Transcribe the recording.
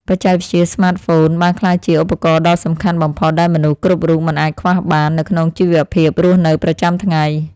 បច្ចេកវិទ្យាស្មាតហ្វូនបានក្លាយជាឧបករណ៍ដ៏សំខាន់បំផុតដែលមនុស្សគ្រប់រូបមិនអាចខ្វះបាននៅក្នុងជីវភាពរស់នៅប្រចាំថ្ងៃ។